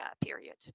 period